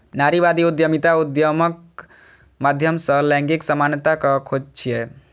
नारीवादी उद्यमिता उद्यमक माध्यम सं लैंगिक समानताक खोज छियै